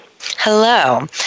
Hello